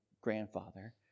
grandfather